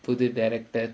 புது:puthu